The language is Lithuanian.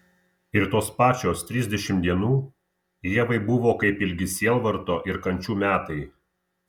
ir tos pačios trisdešimt dienų ievai buvo kaip ilgi sielvarto ir kančių metai